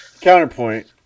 Counterpoint